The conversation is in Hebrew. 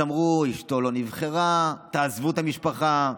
אז אמרו: אשתו לא נבחרה, תעזבו את המשפחה.